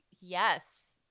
Yes